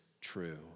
true